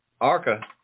Arca